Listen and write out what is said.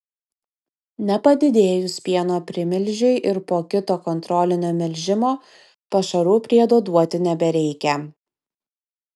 nepadidėjus pieno primilžiui ir po kito kontrolinio melžimo pašarų priedo duoti nebereikia